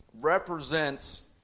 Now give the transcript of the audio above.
represents